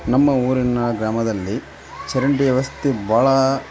ನಮ್ಮ ಊರಿನ ಗ್ರಾಮದಲ್ಲಿ ಚರಂಡಿ ವ್ಯವಸ್ಥೆ ಭಾಳಾ